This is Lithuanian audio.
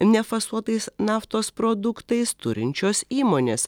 nefasuotais naftos produktais turinčios įmonės